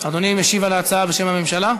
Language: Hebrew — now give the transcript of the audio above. אדוני משיב על ההצעה בשם הממשלה?